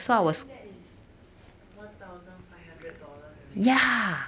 isn't that is one thousand five hundred dollars already